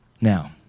Now